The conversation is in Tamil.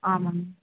ஆமாம் மேம்